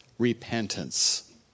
Repentance